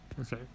Okay